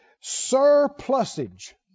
surplusage